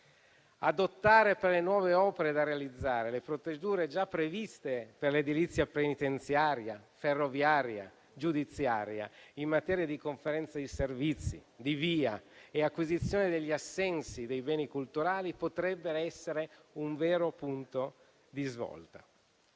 Adottare per le nuove opere da realizzare le procedure già previste per l'edilizia penitenziaria, ferroviaria e giudiziaria, in materia di conferenze dei servizi, di valutazioni di impatto ambientale e acquisizione degli assensi dei beni culturali, potrebbe essere un vero punto di svolta.